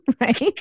right